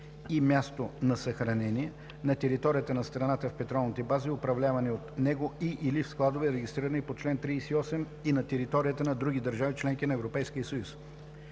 и място на съхранение – на територията на страната в петролните бази, управлявани от него и/или в складове, регистрирани по чл. 38, и на територията на други държави – членки на Европейския съюз;